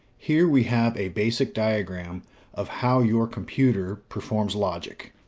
here we have a basic diagram of how your computer performs logic.